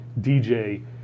DJ